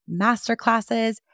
masterclasses